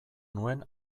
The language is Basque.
nuen